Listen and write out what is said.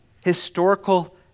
historical